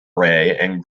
oakham